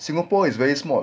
singapore is very small